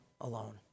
alone